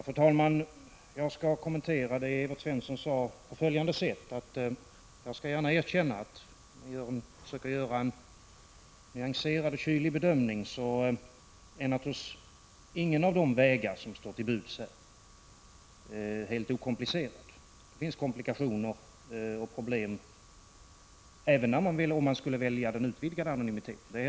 Fru talman! Jag skall kommentera det som Evert Svensson sade på följande sätt. Jag erkänner gärna att när jag försöker göra en nyanserad och kylig bedömning så är naturligtvis ingen av de vägar som står till buds helt okomplicerad. Jag är helt klar över att det finns komplikationer och problem, även om man skulle välja den utvidgade anonymiteten.